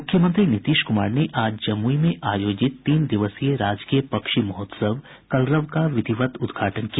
मुख्यमंत्री नीतीश कुमार ने आज जमुई में आयोजित तीन दिवसीय राजकीय पक्षी महोत्सव कलरव का विधिवत उद्घाटन किया